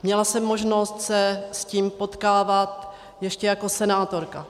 Měla jsem možnost se s tím potkávat ještě jako senátorka.